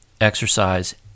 exercise